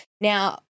Now